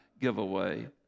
Giveaway